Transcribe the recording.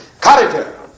Character